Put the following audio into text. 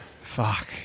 Fuck